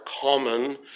common